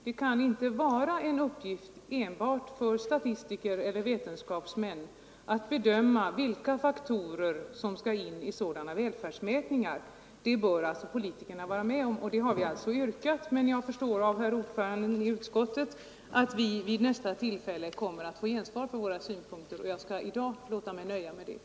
Det kan inte vara en uppgift enbart för statistiker eller vetenskapsmän att bedöma vilka faktorer som skall ingå i sådana här välfärdsmätningar. Det bör politikerna vara med om, och det har vi yrkat. Då jag förstår av herr ordföranden i utskottet att vi vid nästa tillfälle kommer att få gensvar på våra synpunkter, skall jag låta mig nöja med detta.